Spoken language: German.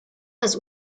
das